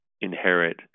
inherit